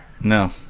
No